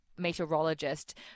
meteorologist